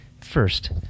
first